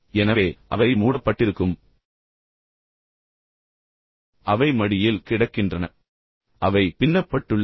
எனவே அவை மூடப்பட்டுள்ளன அல்லது அவை மூடப்பட்டுள்ளன